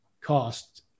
cost